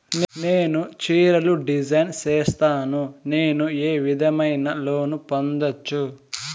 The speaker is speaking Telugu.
నేను చీరలు డిజైన్ సేస్తాను, నేను ఏ విధమైన లోను పొందొచ్చు